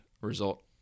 result